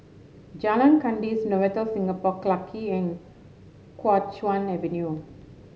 Jalan Kandis Novotel Singapore Clarke and Kuo Chuan Avenue